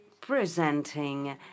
presenting